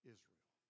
Israel